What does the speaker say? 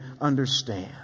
understand